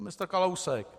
Ministr Kalousek.